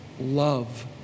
love